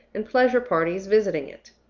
and pleasure parties visiting it?